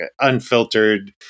unfiltered